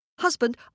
Husband